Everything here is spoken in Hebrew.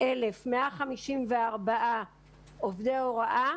53,154 עובדי הוראה